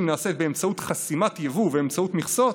נעשית באמצעות חסימת יבוא ובאמצעות מכסות,